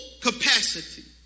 capacity